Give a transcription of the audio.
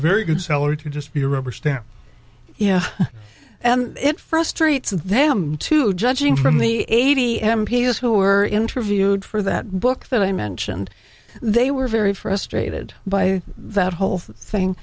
very good salary to just be a rubber stamp yeah it frustrates them to judging from the eighty m p s who were interviewed for that book that i mentioned they were very frustrated by that whole thing